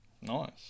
Nice